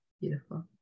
beautiful